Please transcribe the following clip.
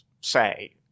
say